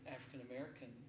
African-American